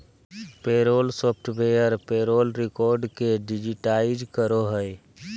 payroll software payroll record के digitise करो हइ